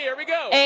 yeah we go.